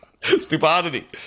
Stupidity